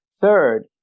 Third